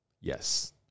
Yes